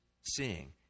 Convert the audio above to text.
seeing